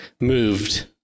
moved